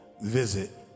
visit